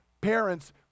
parents